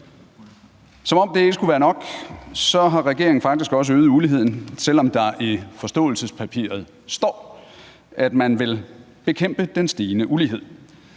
Som om det ikke skulle være nok, har regeringen faktisk også øget uligheden, selv om der i forståelsespapiret står, at man vil bekæmpe den stigende ulighed.